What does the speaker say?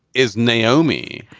is naomi.